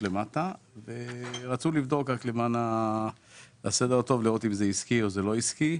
למטה ורצו לראות אם זה עסקי או לא עסקי.